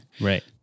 Right